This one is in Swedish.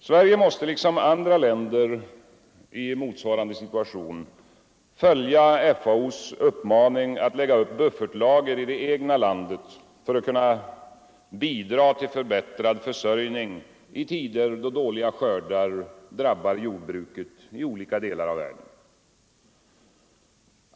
Sverige måste liksom andra länder i motsvarande situation följa FAO:s uppmaning att lägga upp buffertlager i det egna landet för att kunna bidra till förbättrad försörjning i tider då dåliga skördar drabbar jordbruket i olika delar av världen.